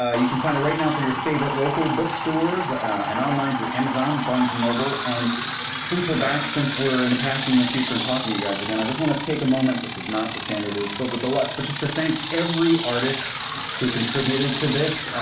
ah you can find it, right now, through your favorite local bookstores and online through amazon, barnes and noble. and since we're back, since we're in the past and in the future, and talking to you guys again, i just want to take a moment this is not the standard, it is still the deluxe but just to thank every artist who contributed to this.